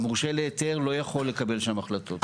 המורשה להיתר לא יכול לקבל שם החלטות.